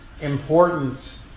important